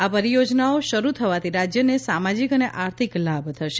આ પરીયોજનાઓ શરૂ થવાથી રાજયને સામાજીક અને આર્થિક લાભ થશે